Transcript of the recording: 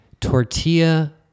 tortilla